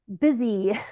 busy